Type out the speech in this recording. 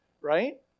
right